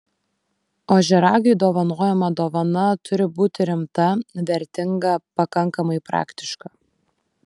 ožiaragiui dovanojama dovana turi būti rimta vertinga pakankamai praktiška